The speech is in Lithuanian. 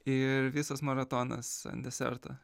ir visas maratonas ant deserto